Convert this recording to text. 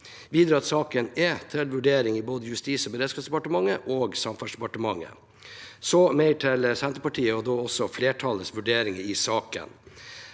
til at saken er til vurdering i både Justis- og beredskapsdepartementet og Samferdselsdepartementet. Jeg går så over til Senterpartiets og da flertallets vurderinger i saken.